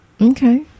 Okay